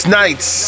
nights